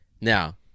Now